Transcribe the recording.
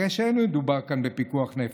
הרי שאין מדובר כאן בפיקוח נפש,